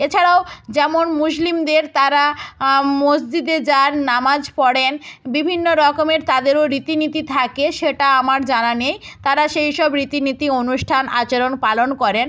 এছাড়াও যেমন মুসলিমদের তারা মসজিদে যান নামাজ পড়েন বিভিন্ন রকমের তাদেরও রীতি নীতি থাকে সেটা আমার জানা নেই তারা সেই সব রীতি নীতি অনুষ্ঠান আচরণ পালন করেন